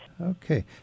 Okay